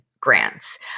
grants